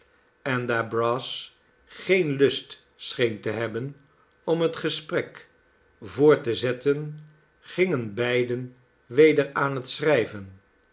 en daar brass geen lust scheen te hebben om het gesprek voort te zetten gingen beide weder aan het schrijven